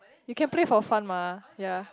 you can play for fun mah ya